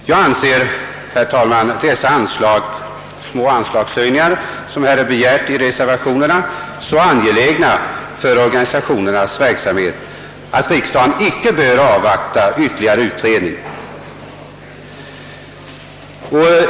Jag anser de små anslagshöjningar som är begärda i reservationerna så angelägna för organisationernas verksamhet, att riksdagen icke bör avvakta yt terligare utredning.